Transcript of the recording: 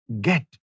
get